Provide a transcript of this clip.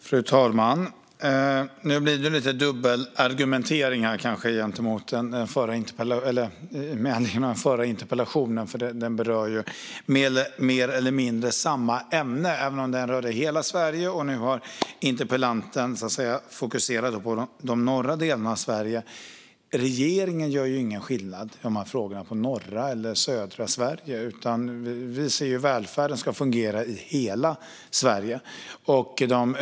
Fru talman! Nu blir det kanske lite dubbelargumentering med tanke på den förra interpellationsdebatten, för debatterna berör mer eller mindre samma ämne även om den förra berörde hela Sverige och interpellanten nu fokuserar på de norra delarna av Sverige. Regeringen gör ingen skillnad på norra eller södra Sverige i de här frågorna, utan vi ser att välfärden ska fungera i hela Sverige.